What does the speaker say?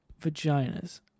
Vaginas